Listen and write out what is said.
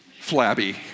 flabby